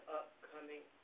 upcoming